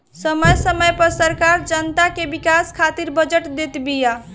समय समय पअ सरकार जनता के विकास खातिर बजट देत बिया